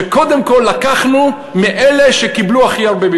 שקודם כול לקחנו מאלה שקיבלו הכי הרבה.